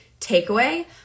takeaway